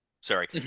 sorry